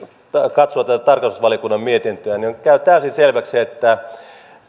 katsoo tätä tarkastusvaliokunnan mietintöä niin käy täysin selväksi että